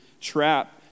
trap